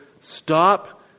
stop